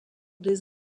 des